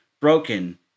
broken